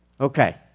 Okay